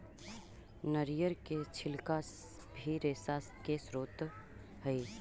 नरियर के छिलका भी रेशा के स्रोत हई